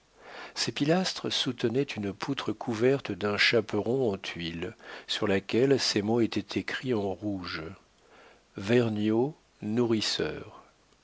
ces pilastres soutenaient une poutre couverte d'un chaperon en tuiles sur laquelle ces mots étaient écrits en rouge vergniaud